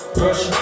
push